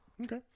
Okay